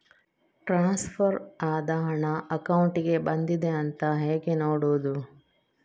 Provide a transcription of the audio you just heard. Transfer ಆದ ಹಣ ಅಕೌಂಟಿಗೆ ಬಂದಿದೆ ಅಂತ ಹೇಗೆ ನೋಡುವುದು?